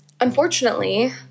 unfortunately